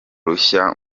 rushya